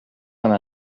qu’on